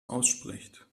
ausspricht